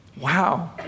Wow